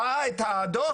ראה את הדוח,